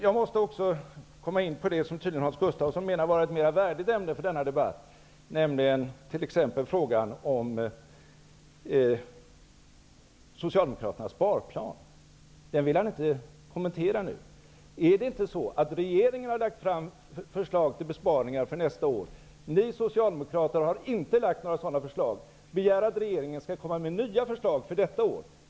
Jag måste också komma in på det som Hans Gustafsson tydligen menar vara ett mer värdigt ämne för denna debatt, nämligen t.ex. frågan om Socialdemokraternas sparplan. Den vill han nu inte kommentera. Regeringen har lagt fram förslag till besparingar för nästa år. Ni socialdemokrater, som inte har lagt fram några sådana förslag, begär att regeringen skall komma med nya förslag för detta år.